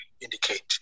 indicate